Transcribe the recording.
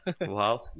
Wow